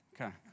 Okay